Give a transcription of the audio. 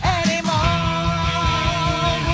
anymore